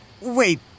Wait